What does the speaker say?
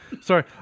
Sorry